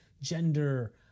gender